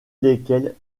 lesquels